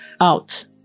out